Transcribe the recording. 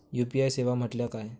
UPI सेवा म्हटल्या काय?